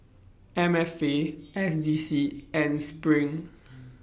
M F A S D C and SPRING